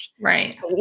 Right